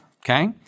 Okay